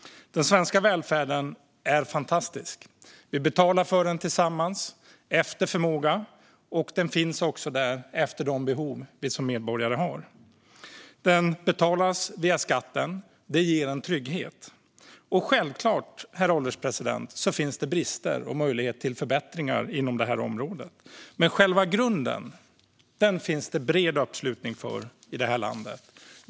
Den svenska välfärden är fantastisk. Vi betalar för den tillsammans och efter förmåga, och den finns också till hands utifrån de behov som vi medborgare har. Den betalas via skatten, vilket ger en trygghet. Självklart finns det, herr ålderspresident, brister och möjlighet till förbättringar inom detta område, men själva grunden finns det bred uppslutning för i vårt land.